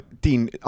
Dean